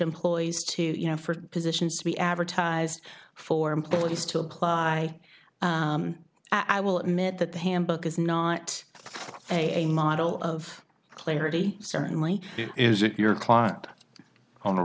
employees to you know for positions to be advertised for employees to apply i will admit that the handbook is not a model of clarity certainly is it your client on a